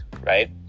right